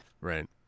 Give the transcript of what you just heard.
Right